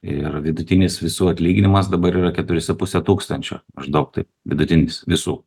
ir vidutinis visų atlyginimas dabar yra keturi su puse tūkstančio maždaug taip vidutinis visų